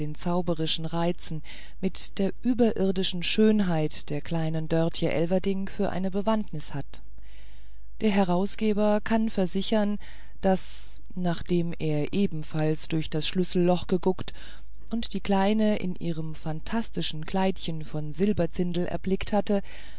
zauberischen reizen mit der überirdischen schönheit der kleinen dörtje elverdink für eine bewandtnis hat der herausgeber kann versichern daß nachdem er ebenfalls durch das schlüsselloch geguckt und die kleine in ihrem phantastischen kleidchen von silberzindel erblickt hatte